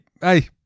hey